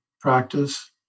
practice